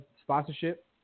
sponsorship